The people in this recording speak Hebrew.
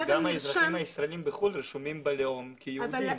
אבל גם האזרחים הישראליים בחו"ל רשומים בלאום כיהודים.